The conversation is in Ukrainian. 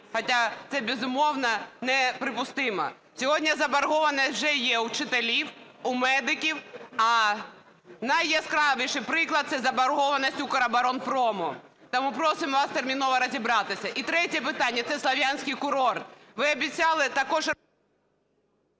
хоча це, безумовно, неприпустимо. Сьогодні заборгованість уже є в учителів, у медиків. А найяскравіший приклад – це заборгованість "Укроборонпрому". Тому просимо вас терміново розібратися. І третє питання, це Слов'янський курорт. Ви обіцяли також…